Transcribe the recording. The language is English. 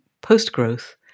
post-growth